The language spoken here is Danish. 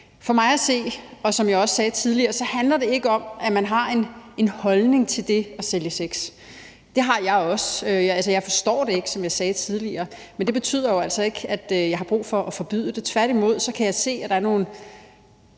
For mig at se, som jeg også sagde tidligere, handler det ikke om, at man har en holdning til det at sælge sex. Det har jeg også. Altså, som jeg sagde tidligere, forstår jeg det ikke, men det betyder altså ikke, at jeg har brug for at forbyde det. Tværtimod kan jeg se, at der er nogle